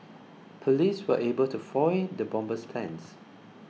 police were able to foil the bomber's plans